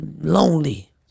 lonely